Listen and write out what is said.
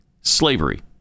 slavery